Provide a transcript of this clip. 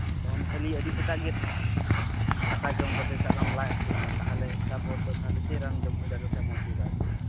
ᱡᱮᱢᱚᱱ ᱠᱷᱟᱹᱞᱤ ᱟᱹᱰᱤ ᱥᱮᱛᱟᱜ ᱜᱮ ᱫᱟᱠᱟ ᱡᱚᱢ ᱠᱟᱛᱮ ᱥᱟᱵ ᱠᱟᱜ ᱢᱮ ᱞᱟᱡ ᱦᱟᱥᱩ ᱠᱟᱱᱟ ᱛᱟᱦᱚᱞᱮ ᱛᱟᱯᱚᱨ ᱫᱚ ᱛᱟᱦᱚᱞᱮ ᱪᱮᱫ ᱨᱟᱱ ᱡᱚᱢ ᱦᱩᱭ ᱫᱟᱲᱮ ᱞᱮᱠᱷᱟᱡ ᱢᱚᱡᱽ ᱦᱩᱭᱩᱜᱼᱟ ᱟᱨᱠᱤ